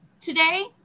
Today